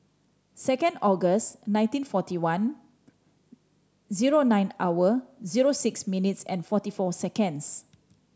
second August nineteen forty one zero nine hour zero six minutes and forty four seconds